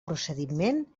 procediment